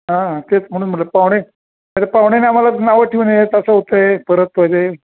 हा तेच म्हणून म्हणलं पाहुणे पाहुण्यांनी आम्हाला नावं ठेऊ नये तसं होते आहे परत पजे